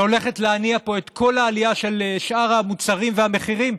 שהולכת להניע פה את כל העלייה של שאר המוצרים והמחירים?